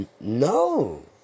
no